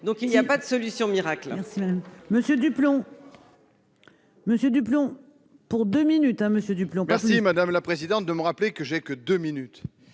? Il n'y a pas de solution miracle.